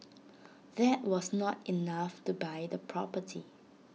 that was not enough to buy the property